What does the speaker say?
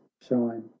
shine